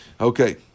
Okay